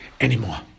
anymore